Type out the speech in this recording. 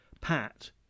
Pat